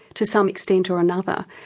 to some extent or another.